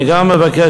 אני גם מבקש,